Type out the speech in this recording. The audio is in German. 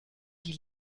die